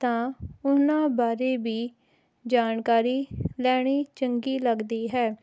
ਤਾਂ ਉਹਨਾਂ ਬਾਰੇ ਵੀ ਜਾਣਕਾਰੀ ਲੈਣੀ ਚੰਗੀ ਲੱਗਦੀ ਹੈ